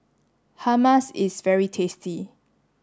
hummus is very tasty